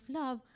love